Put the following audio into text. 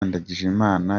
ndagijimana